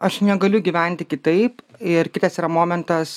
aš negaliu gyventi kitaip ir kitas yra momentas